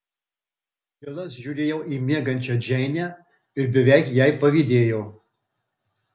vilas žiūrėjo į miegančią džeinę ir beveik jai pavydėjo